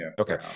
Okay